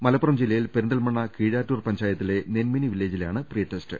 മലപ്പുറം ജില്ലയിൽ പെരിന്തൽമണ്ണ കീഴാറ്റൂർ പഞ്ചായത്തിലെ നെൻമിനി വില്ലേജിലാണ് പ്രീട്ടെസ്റ്റ്